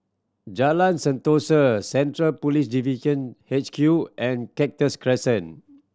Jalan Sentosa Central Police Division H Q and Cactus Crescent